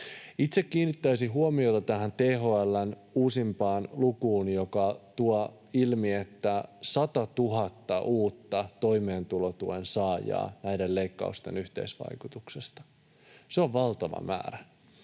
Itse kiinnittäisin huomiota tähän THL:n uusimpaan lukuun, joka tuo ilmi, että 100 000 uutta toimeentulotuen saajaa tulee näiden leikkausten yhteisvaikutuksesta. Se on valtava määrä.